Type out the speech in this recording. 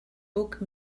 book